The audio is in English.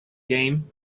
game